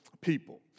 people